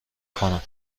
کنم